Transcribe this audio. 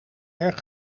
erg